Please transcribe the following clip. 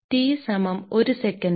T സമം 1 second